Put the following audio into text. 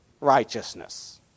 righteousness